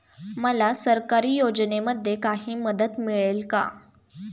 मला सरकारी योजनेमध्ये काही मदत मिळेल का?